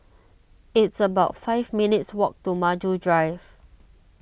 it's about five minutes' walk to Maju Drive